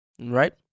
Right